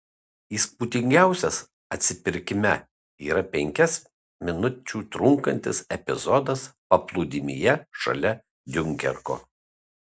įspūdingiausias atpirkime yra penkias minučių trunkantis epizodas paplūdimyje šalia diunkerko